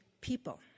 people